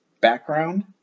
background